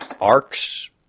arcs